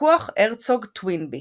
ויכוח הרצוג-טוינבי